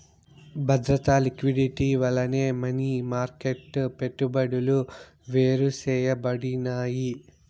బద్రత, లిక్విడిటీ వల్లనే money market పెట్టుబడులు వేరుసేయబడినాయి